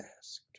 asked